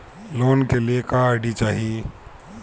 Loan के लिए क्या आई.डी चाही?